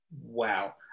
wow